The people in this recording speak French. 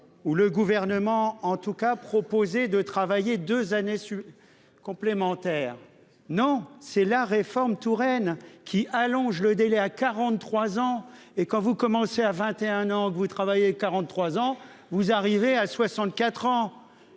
le Gouvernement proposait de travailler deux années complémentaires. Non, c'est la réforme Touraine qui allonge le délai à 43 ans. Quand vous commencez à 21 ans et que vous travaillez 43 ans, cela fait bien 64 ans.